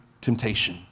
temptation